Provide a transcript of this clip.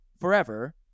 forever